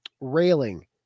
railing